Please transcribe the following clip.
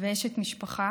ואשת משפחה